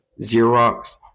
Xerox